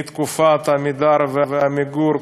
מתקופת "עמידר" ו"עמיגור",